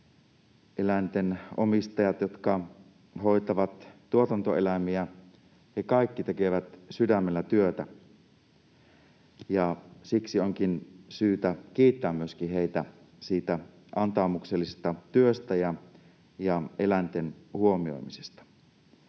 eläinten omistajista, jotka hoitavat tuotantoeläimiä, kaikki tekevät sydämellä työtä. Siksi onkin syytä kiittää myöskin heitä siitä antaumuksellisesta työstä ja eläinten huomioimisesta.